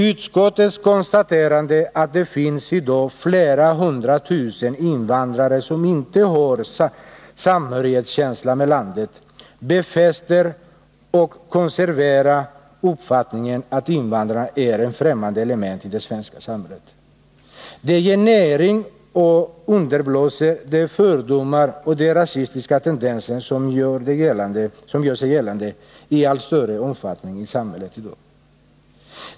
Utskottets konstaterande, att det i dag finns flera hundra tusen invandrare som inte har samhörighetskänsla med landet, befäster och konserverar den uppfattningen att invandrare är ett främmande element i det svenska samhället. Det ger näring åt och underblåser de fördomar och rasistiska tendenser som gör sig gällande i allt större omfattning i samhället i dag.